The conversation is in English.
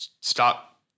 stop